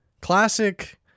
classic